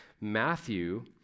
Matthew